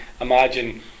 imagine